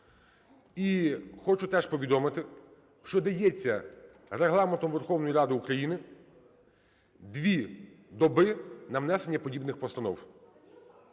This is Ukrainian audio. І хочу теж повідомити, що дається Регламентом Верховної Ради України дві доби на внесення подібних постанов.